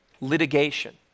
litigation